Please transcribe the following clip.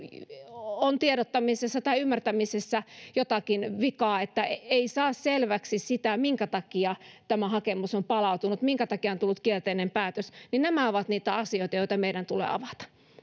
on tiedottamisessa tai ymmärtämisessä jotakin vikaa niin että ei ei saa selväksi minkä takia tämä hakemus on palautunut minkä takia on tullut kielteinen päätös niin nämä ovat niitä asioita joita meidän tulee avata